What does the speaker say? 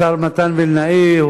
השר מתן וילנאי.